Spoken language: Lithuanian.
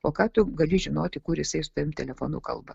o ką tu gali žinoti kur jisai su tavim telefonu kalba